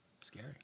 Scary